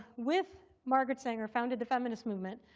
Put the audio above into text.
with margaret sanger, founded the feminist movement